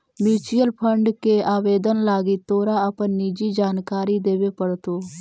mutual fund के आवेदन लागी तोरा अपन निजी जानकारी देबे पड़तो